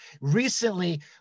recently